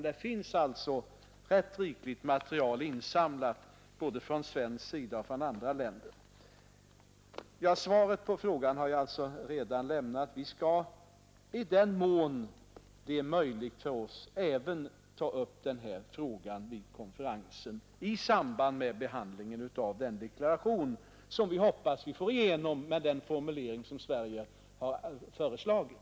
Det finns ett rätt rikligt material insamlat både från Sverige och från andra länder. Svaret på frågan har jag alltså redan lämnat: Vi skall i den mån det är möjligt för oss ta upp även denna fråga vid konferensen i samband med behandlingen av den deklaration som vi hoppas få igenom med den formulering som Sverige har föreslagit.